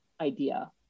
idea